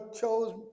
chose